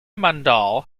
mandal